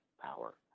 power